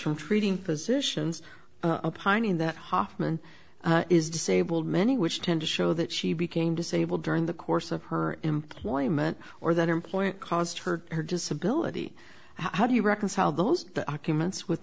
from treating physicians pining that hofmann is disabled many which tend to show that she became disabled during the course of her employment or that employment caused her her disability how do you reconcile those the documents with